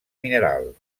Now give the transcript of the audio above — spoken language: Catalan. mineral